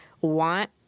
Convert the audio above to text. want